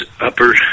upper